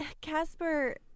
Casper